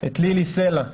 את לילי סלע.